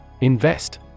Invest